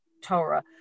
Torah